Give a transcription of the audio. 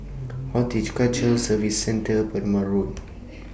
Horticulture Services Centre Perumal Road